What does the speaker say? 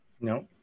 No